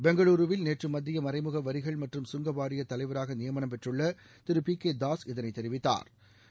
பெங்களூரில் நேற்று மத்திய மறைமுக வரிகள் மற்றம் சுங்கவாரிய தலைவராக நியமனம் பெற்றுள்ள திரு பி கே தாஸ் இதனை தெரிவித்தாா்